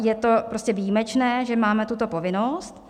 Je to prostě výjimečné, že máme tuto povinnost.